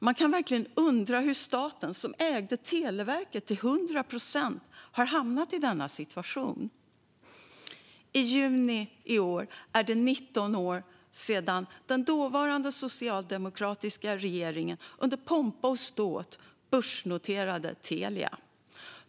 Man kan verkligen undra hur staten, som ägde Televerket till 100 procent, har hamnat i denna situation. I juni är det 19 år sedan den dåvarande socialdemokratiska regeringen under pompa och ståt börsnoterade Telia.